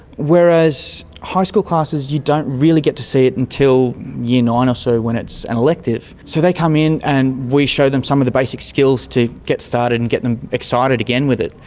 whereas high school classes you don't really get to see it until year nine or so when it's an elective. so they come in and we show them some of the basic skills to get started and get them excited again with it,